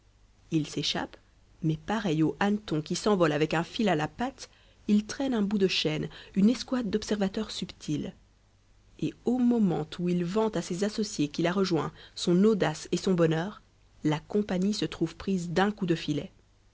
il s'échappe mais pareil au hanneton qui s'envole avec un fil à la patte il traîne un bout de chaîne une escouade d'observateurs subtils et au moment où il vante à ses associés qu'il a rejoints son audace et son bonheur la compagnie se trouve prise d'un coup de filet